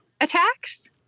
attacks